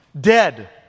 Dead